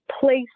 place